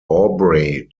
aubrey